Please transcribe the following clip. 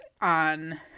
on